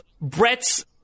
Brett's